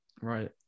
Right